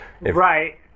Right